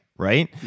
Right